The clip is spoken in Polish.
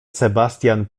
sebastian